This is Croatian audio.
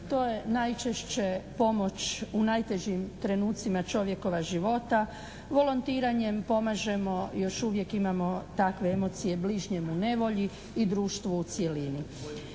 To je najčešće pomoć u najtežim trenucima čovjekova života. Volontiranjem pomažemo još uvijek imamo takve emocije bližnjem u nevolji i društvu u cjelini.